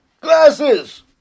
Glasses